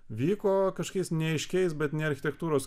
vyko kažkokiais neaiškiais bet ne architektūros